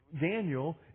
Daniel